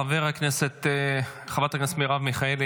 חברת הכנסת מרב מיכאלי,